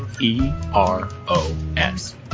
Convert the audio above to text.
E-R-O-S